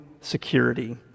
security